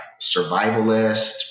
survivalist